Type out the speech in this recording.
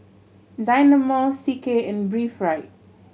Dynamo C K and Breathe Right